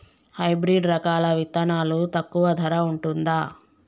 Hybrid రకాల విత్తనాలు తక్కువ ధర ఉంటుందా?